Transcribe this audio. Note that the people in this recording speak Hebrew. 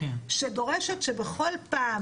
שדורשת שבכל פעם